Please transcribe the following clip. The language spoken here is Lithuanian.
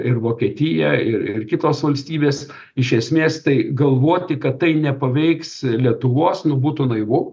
ir vokietija ir ir kitos valstybės iš esmės tai galvoti kad tai nepaveiks lietuvos nu būtų naivu